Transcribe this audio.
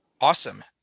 Awesome